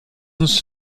uns